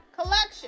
collection